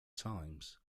times